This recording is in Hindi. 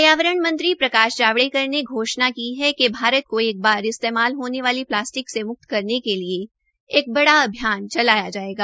पर्यावरण मंत्री प्रकाश जावड़ेकर ने घोषणा की है कि भारत को एक बार इस्तेमाल होने वाली प्लास्टिक से म्क्त करने के लिए एक बड़ा अभियान चलाया जायेगा